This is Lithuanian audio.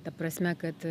ta prasme kad